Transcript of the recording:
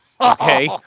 okay